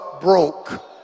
Broke